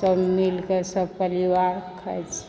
सभ मिलके सभ परिवार खाइत छी